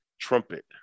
trumpet